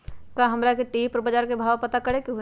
का हमरा टी.वी पर बजार के भाव पता करे के होई?